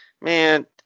man